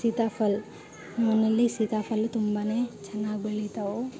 ಸೀತಾಫಲ ಮನೆಯಲ್ಲಿ ಸೀತಾಫಲ ತುಂಬ ಚೆನ್ನಾಗ್ ಬೆಳೀತಾವು